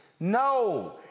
No